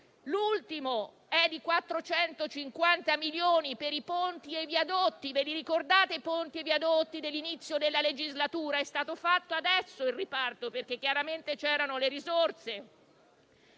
l'ultimo, di 450 milioni per i ponti e i viadotti. Vi ricordate i ponti e i viadotti dell'inizio della legislatura? Il riparto è stato fatto adesso, perché chiaramente c'erano le risorse.